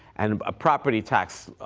and a property tax,